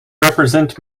represent